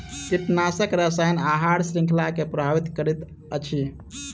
कीटनाशक रसायन आहार श्रृंखला के प्रभावित करैत अछि